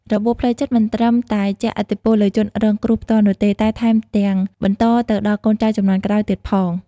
របួសផ្លូវចិត្តមិនត្រឹមតែជះឥទ្ធិពលលើជនរងគ្រោះផ្ទាល់នោះទេ តែថែមទាំងបន្តទៅដល់កូនចៅជំនាន់ក្រោយទៀតផង។